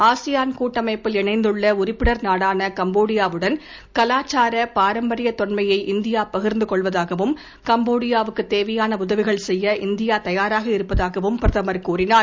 ASEAN கூட்டமைப்பில் இணைந்துள்ள உறுப்பினர் நாடான கம்போடியாவுடன் கலாச்சார பாரம்பரிய தொன்மையை இந்தியா பகிர்ந்துகொளவதாகவும் கம்போடியாவுக்குத் தேவையான உதவிகள் செய்ய இந்தியா தயாராக இருப்பதாகவும் பிரதமர் கூறினார்